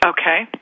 Okay